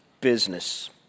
business